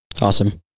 Awesome